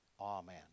Amen